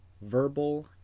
verbal